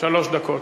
שלוש דקות.